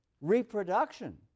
reproduction